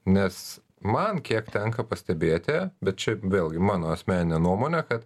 nes man kiek tenka pastebėti bet čia vėlgi mano asmeninė nuomonė kad